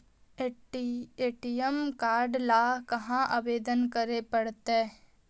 ATM card ल कहा आवेदन करे पड़तै?